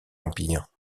empire